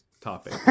topic